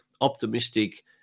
optimistic